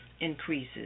increases